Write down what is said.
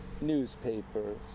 newspapers